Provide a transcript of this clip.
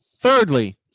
Thirdly